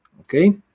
Okay